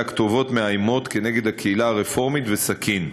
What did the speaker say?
כתובות מאיימות כנגד הקהילה הרפורמית וסכין.